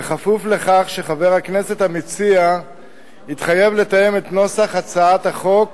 כפוף לכך שחבר הכנסת המציע יתחייב לתאם את נוסח הצעת החוק